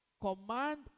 command